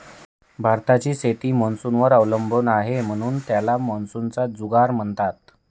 भारताची शेती मान्सूनवर अवलंबून आहे, म्हणून त्याला मान्सूनचा जुगार म्हणतात